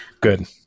Good